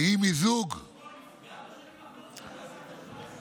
שהיא מיזוג, נפגעה בשנים האחרונות,